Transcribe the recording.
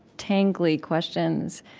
tangly questions.